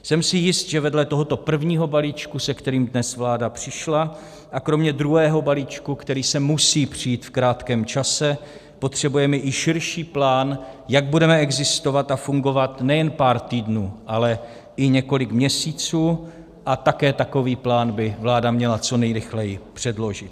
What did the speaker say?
Jsem si jist, že vedle tohoto prvního balíčku, se kterým dnes vláda přišla, a kromě druhého balíčku, který sem musí přijít v krátkém čase, potřebujeme i širší plán, jak budeme existovat a fungovat nejen pár týdnů, ale i několik měsíců a také by takový plán měla vláda co nejrychleji předložit.